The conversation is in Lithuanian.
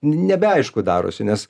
nebeaišku darosi nes